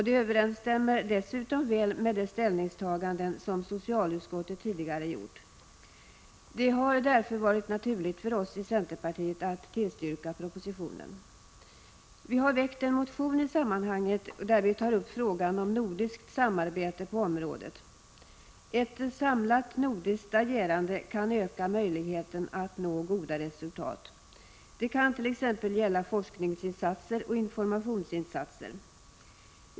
De överensstämmer dessutom väl med de ställningstaganden som socialutskottet tidigare gjort. Det har därför varit naturligt för oss i centerpartiet att tillstyrka propositionen. Vi har väckt en motion i sammanhanget, där vi tar upp frågan om nordiskt samarbete på detta område. Ett samlat nordiskt agerande kan öka möjligheterna att nå goda resultat. Det kan t.ex. gälla forskningsinsatser och informationsinsatser.